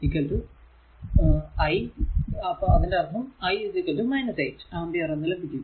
8 i i 8 ampere എന്ന് ലഭിക്കും